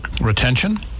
retention